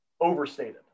overstated